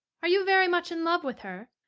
are you very much in love with her?